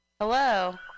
Hello